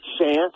chance